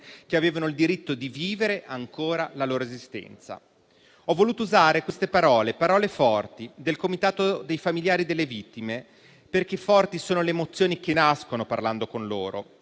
che avevano il diritto di vivere ancora la loro esistenza. Ho voluto usare queste parole forti del Comitato dei familiari delle vittime, perché forti sono le emozioni che nascono parlando con loro: